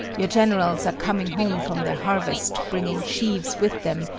your generals are coming home from their harvest bringing sheaves with them,